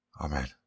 Amen